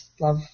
love